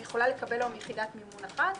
יכולה לקבל היום יחידת מימון אחת.